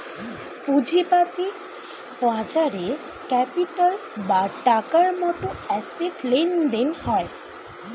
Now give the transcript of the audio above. পুঁজিবাদী বাজারে ক্যাপিটাল বা টাকার মতন অ্যাসেট লেনদেন হয়